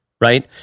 right